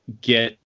get